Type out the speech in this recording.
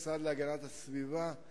המשרד להגנת הסביבה,